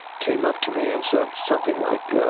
came up to me and said something like,